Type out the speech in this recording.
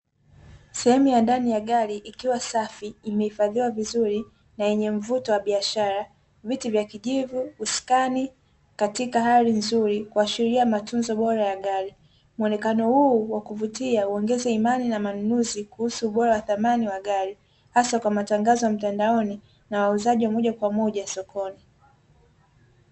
Sehemu ya ndani ya gari ikiwa safi imehifadhiwa vizuri na yenye mbuto wa biashara viti vya kijivu uskani katika hali nzuri yakiashiria matunzo bora ya gari muonekano huu wa kuvutia huongeza imani na manunuzi kuhusu ubora wa dhamani ya gari hasa kwa matangazo ya mtandanaonu na wauzaji wa moja kwa moja sokoni.